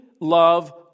love